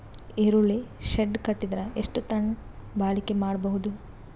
ಈರುಳ್ಳಿ ಶೆಡ್ ಕಟ್ಟಿದರ ಎಷ್ಟು ಟನ್ ಬಾಳಿಕೆ ಮಾಡಬಹುದು?